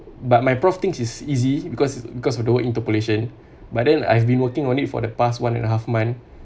but my prof think is easy because because of the word interpolation but then I've been working on it for the past one and a half month